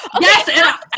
Yes